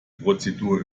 prozedur